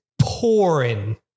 pouring